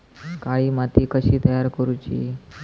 काळी माती कशी तयार करूची?